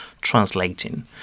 translating